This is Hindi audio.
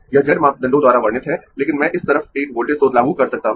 यह Z मापदंडों द्वारा वर्णित है लेकिन मैं इस तरफ एक वोल्टेज स्रोत लागू कर सकता हूं